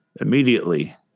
immediately